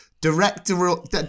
Directorial